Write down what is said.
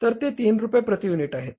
तर ते 3 रुपये प्रती युनिट आहेत